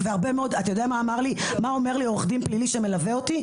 אתה יודע מה אומר לי עורך-דין פלילי שמלווה אותי?